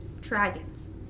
dragons